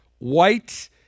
White